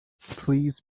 please